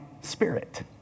spirit